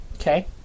Okay